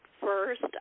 first